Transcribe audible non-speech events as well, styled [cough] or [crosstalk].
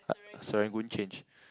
[noise] Serangoon change